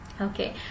okay